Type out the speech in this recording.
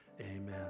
Amen